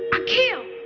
akio.